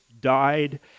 died